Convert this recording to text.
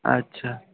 اچھا